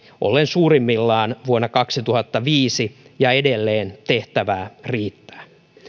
ollen suurimmillaan vuonna kaksituhattaviisi ja edelleen tehtävää riittää